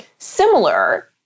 similar